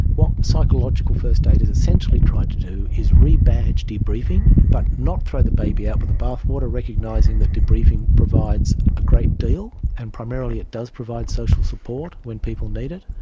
what psychological first aid has essentially tried to do is re-badge debriefing but not throw the baby out with the bathwater recognising that debriefing provides a great deal, and primarily it does provide social support when people need it.